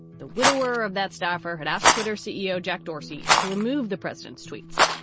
the widower of that staffer had asked twitter ceo jack dorsey to remove the president's tweets,